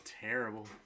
terrible